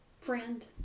Friend